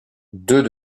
deux